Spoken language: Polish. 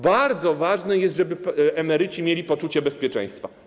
Bardzo ważne jest, żeby emeryci mieli poczucie bezpieczeństwa.